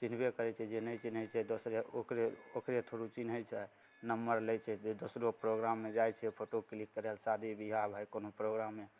चिन्हबे करैत छै जे नहि चिन्हैत छै दोसरे ओकरे ओकरे थ्रू चिन्हैत छै नम्बर लै छै जे दोसरोक प्रोग्राममे जाइ छै फोटो क्लिक करै शादी बिआह भाइ कोनो प्रोग्रामे